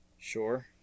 Sure